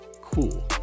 cool